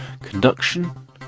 Conduction